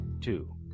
two